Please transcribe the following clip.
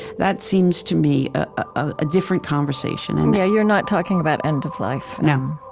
that seems to me a different conversation and yeah, you're not talking about end of life no,